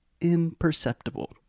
imperceptible